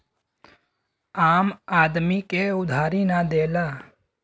आम आदमी के उधारी ना देला